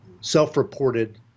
self-reported